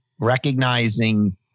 recognizing